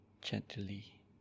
gently